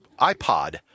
iPod